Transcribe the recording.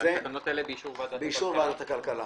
יהיו באישור ועדת הכלכלה.